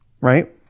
right